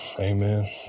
Amen